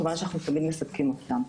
כמובן שאנחנו תמיד מספקים אותם.